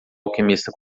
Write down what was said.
alquimista